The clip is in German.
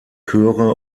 chöre